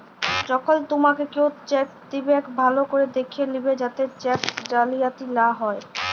যখল তুমাকে কেও চ্যাক দিবেক ভাল্য ক্যরে দ্যাখে লিবে যাতে চ্যাক জালিয়াতি লা হ্যয়